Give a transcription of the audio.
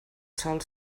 sol